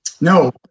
no